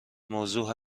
موضوع